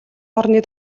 орны